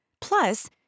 Plus